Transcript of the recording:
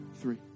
three